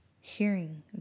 hearing